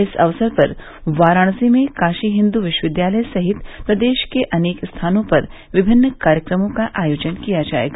इस अवसर पर वाराणसी में काशी हिन्दू विश्वविद्यालय सहित प्रदेश के अनेक स्थानों पर विभिन्न कार्यक्रमों का आयोजन किया जायेगा